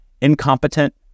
incompetent